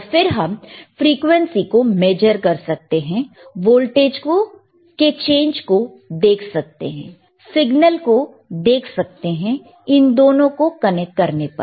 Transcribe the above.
और फिर हम फ्रीक्वेंसी को मेजर कर सकते हैं वोल्टेज के चेंज को देख सकते हैं सिग्नल को देख सकते हैं इन दोनों को कनेक्ट करने पर